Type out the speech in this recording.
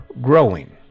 growing